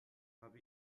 habe